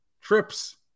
trips